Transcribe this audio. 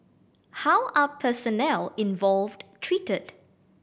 how are personnel involved treated